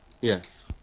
Yes